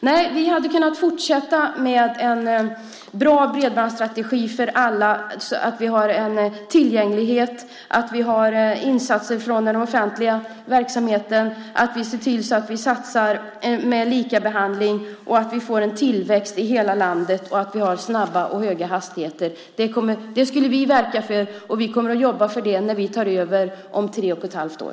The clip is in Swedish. Nej, vi hade kunnat fortsätta med en bra bredbandsstrategi för alla för att få bra tillgänglighet och insatser från den offentliga verksamheten, för att se till att satsa på likabehandling och få en tillväxt i hela landet och höga hastigheter. Det skulle vi verka för, och vi kommer att jobba för det när vi tar över om tre och ett halvt år.